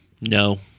No